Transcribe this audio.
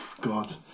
God